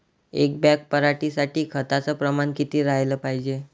एक बॅग पराटी साठी खताचं प्रमान किती राहाले पायजे?